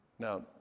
Now